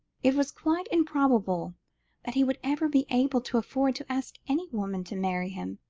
it was quite improbable that he would ever be able to afford to ask any woman to marry him,